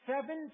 seven